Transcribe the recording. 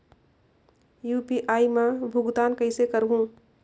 UPI मा भुगतान कइसे करहूं?